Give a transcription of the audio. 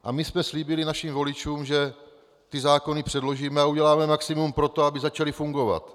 A my jsme slíbili našim voličům, že ty zákon předložíme a uděláme maximum pro to, aby začaly fungovat.